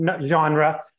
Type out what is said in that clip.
genre